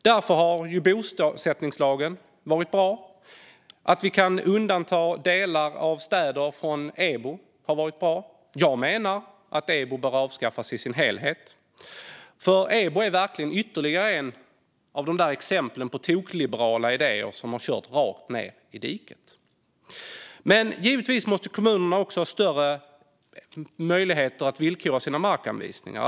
Därför har bosättningslagen varit bra, liksom att vi kan undanta delar av städer från EBO. Jag menar att EBO bör avskaffas i sin helhet. EBO är verkligen ytterligare ett av de där exemplen på tokliberala idéer som kört rakt ned i diket. Givetvis måste kommunerna också ha större möjligheter att villkora sina markanvisningar.